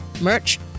merch